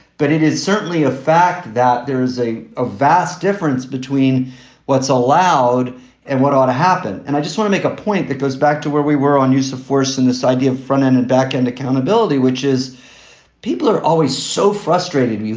but it is certainly a fact that there is a a vast difference between what's allowed and what ought to happen. and i just want to make a point that goes back to where we were on use of force and this idea of front, end and back and accountability, which is people are always so frustrated.